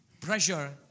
Pressure